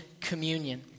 communion